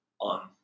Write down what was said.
on